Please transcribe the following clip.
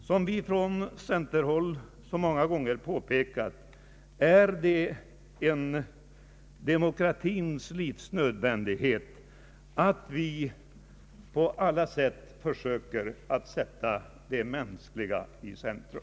Som vi från centerhåll många gånger har påpekat, är det en demokratins livsnödvändighet att vi på alla vis försöker sätta det mänskliga i centrum.